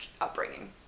upbringing